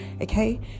okay